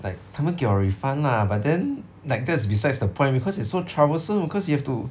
like 他们给我 refund lah but then like that's besides the point because it's so troublesome because you have to